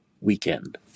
weekend